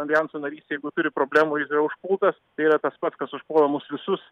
aljanso narys jeigu turi problemų ir yra užpultas yra tas pat kas užpuola mus visus